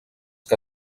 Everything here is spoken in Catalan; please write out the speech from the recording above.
que